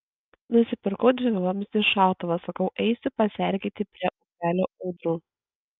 nusipirkau dvivamzdį šautuvą sakau eisiu pasergėti prie upelio ūdrų